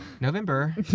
November